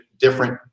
different